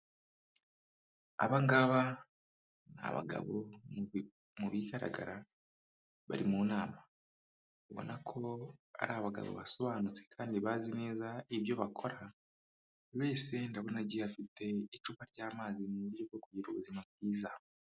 Aba ngaba ni abagabo mu bigaragara bari mu nama, ubona ko ari abagabo basobanutse kandi bazi neza ibyo bakora, buri wese ndabona agiye afite icupa ry'amazi mu buryo bwo kugira ubuzima bwiza.